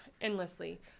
endlessly